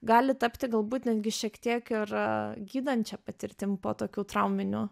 gali tapti galbūt netgi šiek tiek ir gydančia patirtim po tokių trauminių